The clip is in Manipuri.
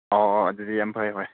ꯑꯣ ꯑꯣ ꯑꯗꯨꯗꯤ ꯌꯥꯝ ꯐꯥꯔꯦ ꯍꯣꯏ